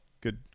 good